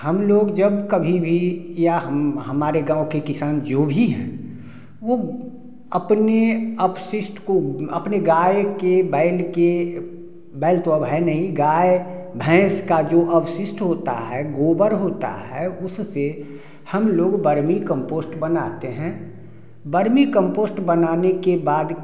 हम लोग जब कभी भी या हमारे गाँव के किसान जो भी हैं वो अपने अपशिष्ट को अपने गाय के बैल के बैल तो अब है नहीं गाय भैंस का जो अपशिष्ट होता है गोबर होता है उससे हम लोग बर्मीकंपोस्ट बनाते हैं बर्मीकंपोस्ट बनाने के बाद